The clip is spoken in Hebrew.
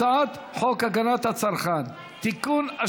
הצעת חוק הגנת הצרכן (תיקון,